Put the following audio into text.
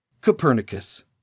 Copernicus